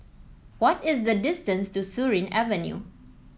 what is the distance to Surin Avenue